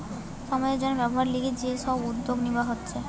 সমাজের জন্যে ব্যবসার লিগে যে সব উদ্যোগ নিবা হতিছে